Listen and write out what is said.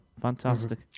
Fantastic